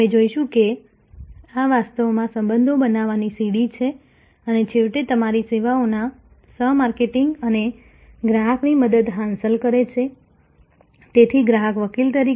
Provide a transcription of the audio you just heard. અમે જોશું કે આ વાસ્તવમાં સંબંધો બનાવવાની સીડી છે અને છેવટે તમારી સેવાઓના સહ માર્કેટિંગ માટે ગ્રાહકની મદદ હાંસલ કરે છે તેથી ગ્રાહક વકીલ તરીકે